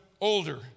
older